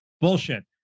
Bullshit